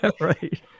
right